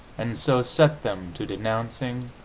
and so set them to denouncing,